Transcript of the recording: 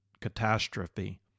catastrophe